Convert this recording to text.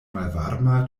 malvarma